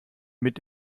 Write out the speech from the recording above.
mit